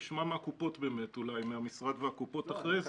נשמע מהמשרד והקופות אחרי זה.